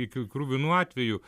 iki kruvinų atvejų